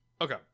okay